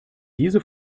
diese